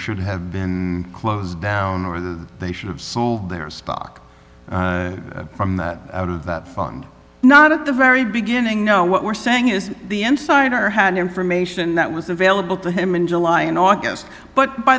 should have been closed down or that they should have sold their stock from that out of that fund not at the very beginning no what we're saying is the insider had information that was available to him in july and august but by